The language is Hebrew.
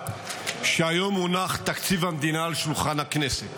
שהיום הונח תקציב המדינה על שולחן הכנסת,